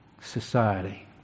society